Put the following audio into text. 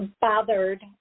bothered